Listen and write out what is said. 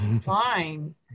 Fine